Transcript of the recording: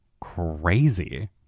crazy